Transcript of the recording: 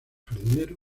jardinero